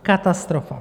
Katastrofa!